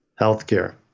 healthcare